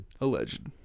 alleged